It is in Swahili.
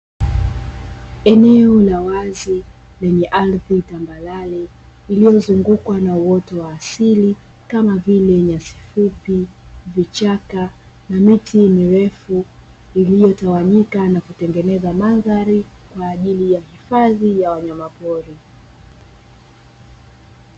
Eneo la wazi lenye ardhi ya tambalale, lililozungukwa na uoto wa asili kama vile nyasi fupi, vichaka na miti mirefu iliyotawanyika na kutengeneza mandhari kwa ajili ya hifadhi ya wanyama pori.